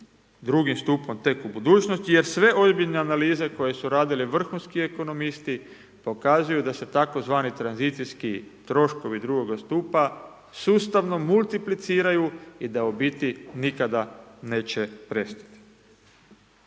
drugim stupom tek u budućnosti, jer sve ozbiljne analize koje su radili vrhunski ekonomijski, pokazuju da se tzv. tranzicijski troškovi 2. stupa sustavno multipliciraju i da u biti nikada neće prestati.